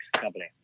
company